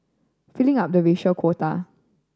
filling up the racial quota